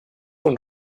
und